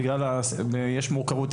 ישנה מורכבות